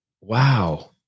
wow